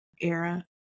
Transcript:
era